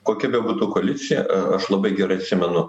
kokia bebūtų koalicija aš labai gerai atsimenu